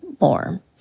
more